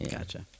Gotcha